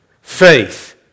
faith